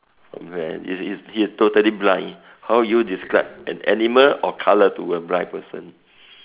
oh man is is he is totally blind how do you describe an animal or colour to a blind person